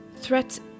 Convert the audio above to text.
threats